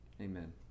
Amen